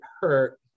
hurt